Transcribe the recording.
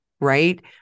right